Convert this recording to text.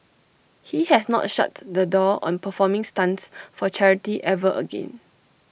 he has not shut the door on performing stunts for charity ever again